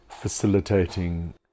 facilitating